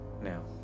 Now